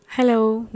Hello